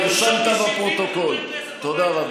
חבר הכנסת סעדי, תודה.